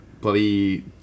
bloody